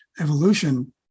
evolution